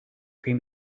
cream